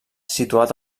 situat